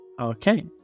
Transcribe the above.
okay